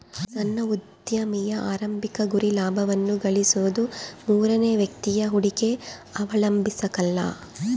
ಸಣ್ಣ ಉದ್ಯಮಿಯ ಆರಂಭಿಕ ಗುರಿ ಲಾಭವನ್ನ ಗಳಿಸೋದು ಮೂರನೇ ವ್ಯಕ್ತಿಯ ಹೂಡಿಕೆ ಅವಲಂಬಿಸಕಲ್ಲ